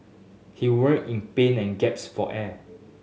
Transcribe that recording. he writhed in pain and gasped for air